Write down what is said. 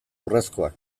urrezkoak